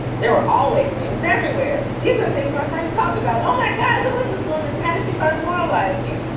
there are always things everywhere everywhere these are things my friends talked about. oh, my god. who is this woman? how did you find moralise me.